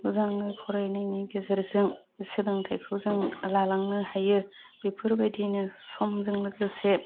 मोजाङै फरायनायनि गेजेरजों सोलोंथाइखौ जों लालांनो हायो बेफोरबायदिनो समजों लोगोसे